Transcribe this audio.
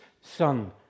son